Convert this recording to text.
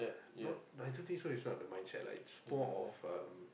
not I don't think so it's not the mindset lah it's more of um